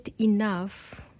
enough